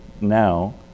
now